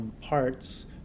parts